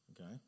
okay